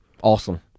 Awesome